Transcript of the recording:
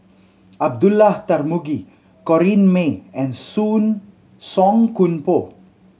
Abdullah Tarmugi Corrinne May and Song Koon Poh